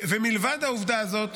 ומלבד העובדה הזאת,